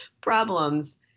problems